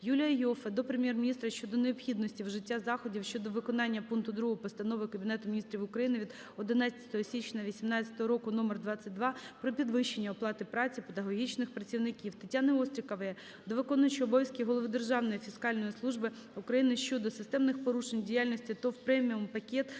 Юлія Іоффе до Прем'єр-міністра щодо необхідності вжиття заходів щодо виконання пункту 2 Постанови Кабінету Міністрів України від 11 січня 2018 року № 22 "Про підвищення оплати праці педагогічних працівників". Тетяни Острікової до виконуючого обов'язки голови Державної фіскальної служби України щодо системних порушень в діяльності ТОВ "Преміум Пакет